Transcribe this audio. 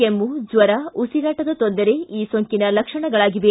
ಕೆಮ್ನು ಜ್ವರ ಉಸಿರಾಟದ ತೊಂದರೆ ಈ ಸೋಂಟನ ಲಕ್ಷಣಗಳಾಗಿವೆ